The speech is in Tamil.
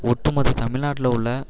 ஒட்டுமொத்த தமிழ்நாட்டில் உள்ள